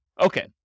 Okay